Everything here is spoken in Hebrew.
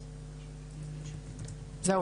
תודה.